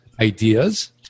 ideas